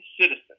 citizen